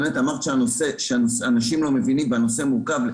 אמרת באמת שאנשים לא מבינים והנושא מורכב.